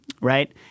right